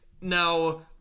Now